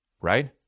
Right